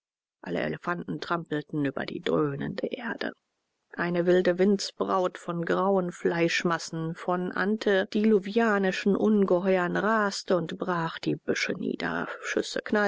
alle elefanten trampelten über die dröhnende erde eine wilde windsbraut von grauen fleischmassen von antediluvianischen ungeheuern raste und brach die büsche